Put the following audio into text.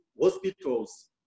hospital's